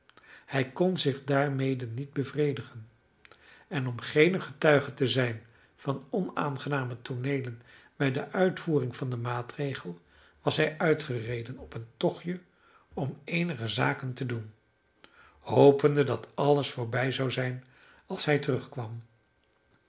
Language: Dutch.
hij kon zich daarmede niet bevredigen en om geene getuige te zijn van onaangename tooneelen bij de uitvoering van den maatregel was hij uitgereden op een tochtje om eenige zaken te doen hopende dat alles voorbij zou zijn als hij terugkwam